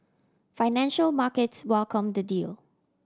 financial markets welcomed the deal